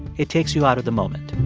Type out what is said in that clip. it takes you out of the moment.